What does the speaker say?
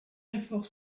effort